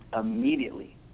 immediately